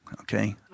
okay